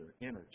energy